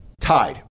tied